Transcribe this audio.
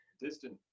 distant